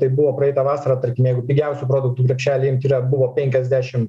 tai buvo praeitą vasarą tarkim jeigu pigiausių produktų krepšelį yra buvo penkiasdešim